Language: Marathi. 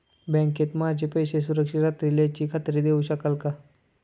बँकेत माझे पैसे सुरक्षित राहतील याची खात्री देऊ शकाल का?